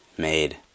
Made